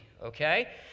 okay